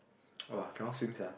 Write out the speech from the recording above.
[wah] cannot swim sia